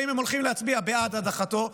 האם הם הולכים להצביע בעד הדחתו,